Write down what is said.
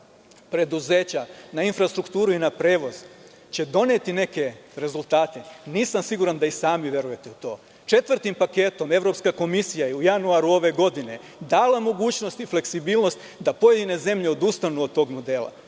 preduzeća na infrastrukturu i na prevoz će doneti neke rezultate, nisam siguran da i sami verujete u to. Četvrtim paketom Evropska komisija je u januaru ove godine dala mogućnost i fleksibilnost da pojedine zemlje odustanu od tog modela.